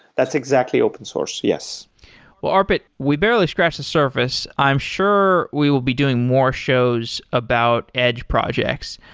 that's exactly open source, yes well, arpit, we barely scratched the surface. i'm sure we will be doing more shows about edge projects,